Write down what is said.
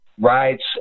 rights